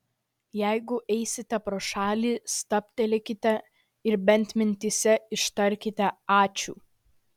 jeigu eisite pro šalį stabtelėkite ir bent mintyse ištarkite ačiū